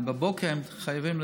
ובבוקר חייבים,